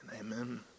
amen